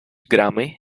grammy